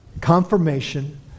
confirmation